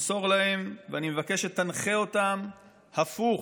תמסור להם, ואני מבקש שתנחה אותם הפוך,